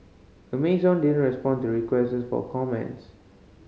Amazon didn't respond to requests for comments